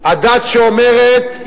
הדת שאומרת,